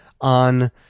on